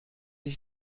ich